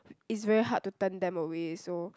it's very hard to turn them away so